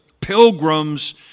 pilgrims